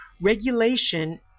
regulation